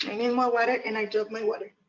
i mean more water and i dropped my water.